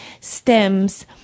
stems